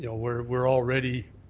you know we're we're already,